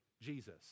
Jesus